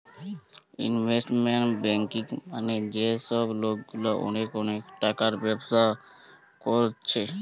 investment banking মানে যে সব লোকগুলা অনেক অনেক টাকার ব্যবসা কোরছে